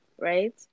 right